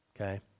Okay